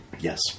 Yes